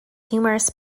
humorous